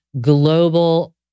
global